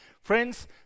Friends